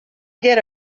get